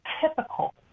typical